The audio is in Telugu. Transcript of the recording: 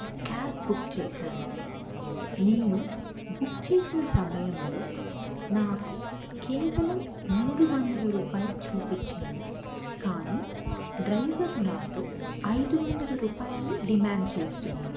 క్యాబ్ బుక్ చేశాను నేను బుక్ చేసిన సమయంలో నాకు కేవలం మూడు వందల రూపాయలు చూపించింది కానీ డ్రైవర్ నాతో ఐదు వందల రూపాయలు అని డిమాండ్ చేస్తున్నారు